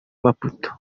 maputo